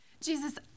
Jesus